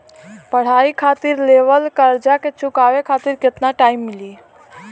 पढ़ाई खातिर लेवल कर्जा के चुकावे खातिर केतना टाइम मिली?